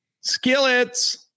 Skillets